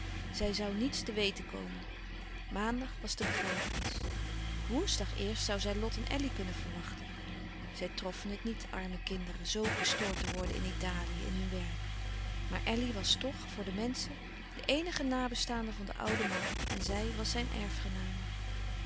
zij zoû niets te weten komen maandag was de begrafenis woensdag eerst zoû zij lot en elly kunnen verwachten zij troffen het niet arme kinderen zoo gestoord te worden in italië in hun werk maar elly was toch voor de menschen de eenige nabestaande van den ouden man en zij was zijn